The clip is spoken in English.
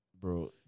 bro